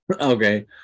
okay